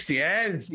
yes